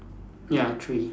ya three